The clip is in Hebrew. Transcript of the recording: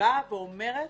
שבאה ואומרת: